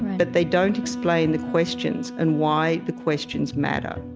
but they don't explain the questions and why the questions matter